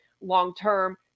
long-term